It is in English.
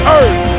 earth